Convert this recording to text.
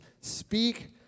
speak